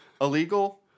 illegal